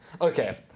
Okay